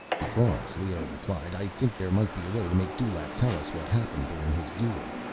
because, leoh replied, i think there might be a way to make dulaq tell us what happened during his duel.